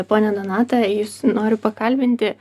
ponia donata jus noriu pakalbinti